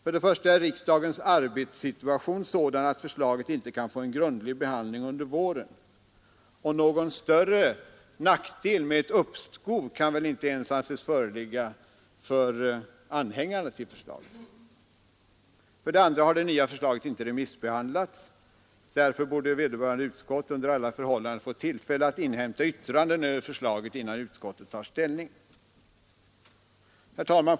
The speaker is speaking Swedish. För det första är riksdagens arbetssituation sådan att förslaget inte kan få en grundlig behandling under våren, och någon större nackdel med ett uppskov kan väl inte anses föreligga ens för anhängarna av förslaget. För det andra har det nya förslaget inte remissbehandlats. Därför borde vederbörande utskott under alla förhållanden ha fått tillfälle att inhämta yttranden över förslaget innan de tar ställning. 5 Herr talman!